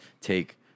take